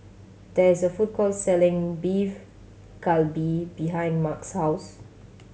there is a food court selling Beef Galbi behind Mark's house